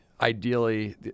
ideally